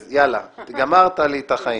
אז יאללה, גמרת לי את החיים.